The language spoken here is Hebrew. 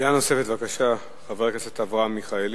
שאלה נוספת, בבקשה, חבר הכנסת אברהם מיכאלי.